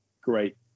great